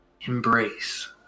embrace